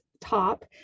top